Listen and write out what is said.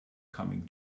coming